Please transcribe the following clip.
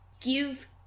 give